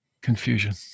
confusion